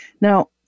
Now